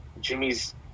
Jimmy's